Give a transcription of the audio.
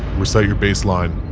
recite your baseline.